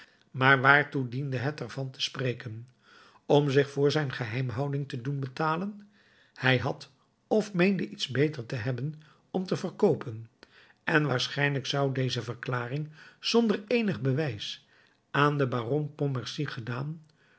maar waartoe diende het ervan te spreken om zich voor zijn geheimhouding te doen betalen hij had of meende iets beter te hebben om te verkoopen en waarschijnlijk zou deze verklaring zonder eenig bewijs aan den baron pontmercy gedaan